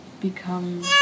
become